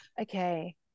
okay